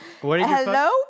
Hello